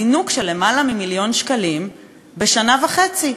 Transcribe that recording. זינוק של למעלה ממיליון שקלים בשנה וחצי.